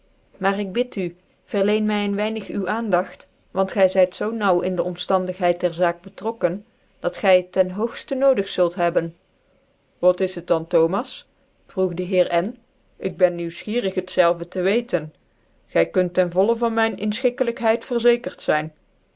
ur ik bid u verleen een neger leen my ccn weinig uw aandagt want gy zyt zoo naauw in dc omftandighcid der zaak betrokken dat gy het ten hooglc nodig zult hebben wat is het dan thomas vroeg de heer n ik ben nieuwsgierig het zelve te wcetcn gv kunt ten vollen van myn infehikkclykhcid verzekert zyn